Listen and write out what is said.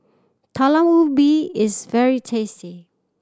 Talam Ubi is very tasty